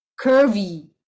curvy